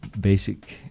basic